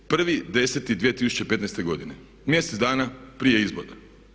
1.10.2015. godine mjesec dana prije izbora.